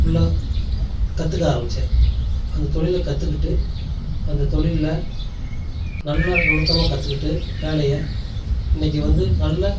இன்னும் கற்றுக்க ஆரமிச்சேன் அந்த தொழிலை கற்றுக்கிட்டு அந்த தொழில்ல நல்லா நுணுக்கமாக கற்றுக்கிட்டு வேலையை இன்றைக்கு வந்து நல்லா